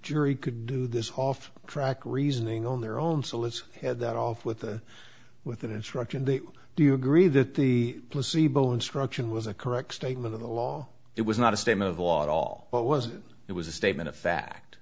jury could do this off track reasoning on their own solicitor had that off with the with that instruction they do you agree that the placebo instruction was a correct statement of the law it was not a state of the law at all but was it was a statement of fact